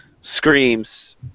screams